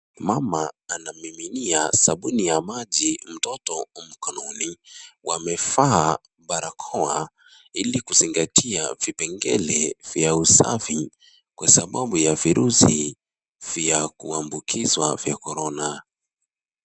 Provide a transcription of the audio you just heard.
Mama anamiminia sabuni ya maji mtoto mkononi. Wamevaa barakoa ili kuzingatia vipengeli vya usafi kwa sababu ya virusi vya kuambukizwa vya korona.